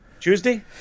Tuesday